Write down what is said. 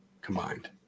combined